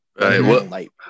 Right